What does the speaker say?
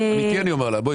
סליחה.